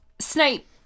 Snape